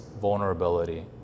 vulnerability